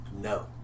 no